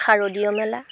শাৰদীয় মেলা